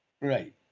Right